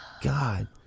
god